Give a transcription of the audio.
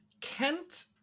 Kent